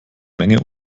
menge